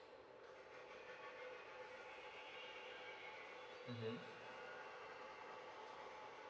uh mm